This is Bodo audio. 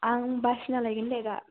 आं बासिना लायगोन दे दा